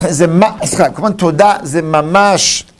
זה מעסיקה, כמובן תודה זה ממש...